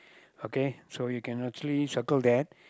okay so you can actually circle there